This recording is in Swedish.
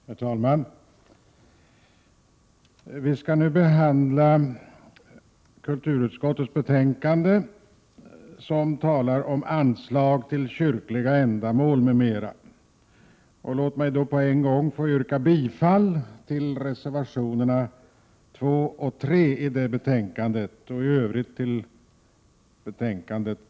Herr talman! Vi skall nu behandla kulturutskottets betänkande nr 19, som tar upp anslag till kyrkliga ändamål m.m. Låt mig på en gång få yrka bifall till reservationerna 2 och 3 i det betänkandet och i övrigt till utskottets hemställan.